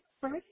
first